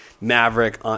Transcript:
Maverick